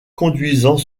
conduisant